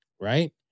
right